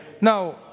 Now